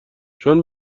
چون